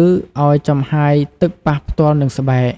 ឬឲ្យចំហាយទឹកប៉ះផ្ទាល់នឹងស្បែក។